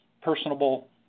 personable